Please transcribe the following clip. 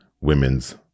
women's